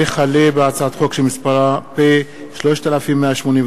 הצעת חוק הביטוח הלאומי